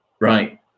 right